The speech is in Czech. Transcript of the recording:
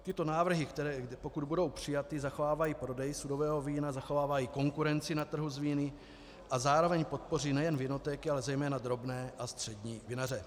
Tyto návrhy, které pokud budou přijaty, zachovávají prodej sudového vína, zachovávají konkurenci na trhu s víny a zároveň podpoří nejen vinotéky, ale zejména drobné a střední vinaře.